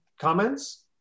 comments